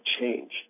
change